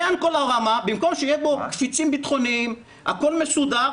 במקום שיהיו בו קפיצים ביטחוניים, הכל מסודר